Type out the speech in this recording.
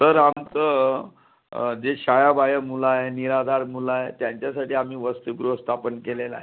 sir आमचं जे शाळाबाह्य मुलं आहे निराधार मुलं आहे त्यांच्यासाठी आम्ही वसतिगृह स्थापन केलेला आहे